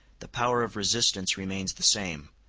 the power of resistance remains the same,